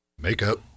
makeup